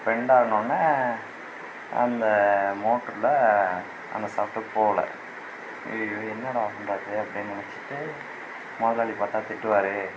bend ஆனவொடன்ன அந்த மோட்டரில் அந்த ஷாஃப்ட்டு போகல அய்யய்யோ என்னடா பண்ணுறது அப்படின்னு நினச்சிட்டு மொதலாளி பார்த்தா திட்டுவாரே